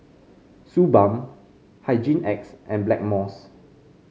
Suu Balm Hygin X and Blackmores